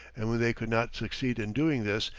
and when they could not succeed in doing this,